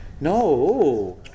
No